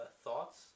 thoughts